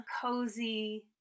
cozy